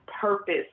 purpose